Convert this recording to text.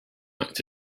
act